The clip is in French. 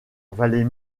valait